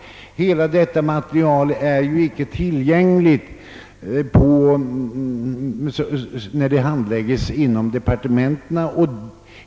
Hela detta material är icke tillgängligt, om det skulle handläggas inom departementet.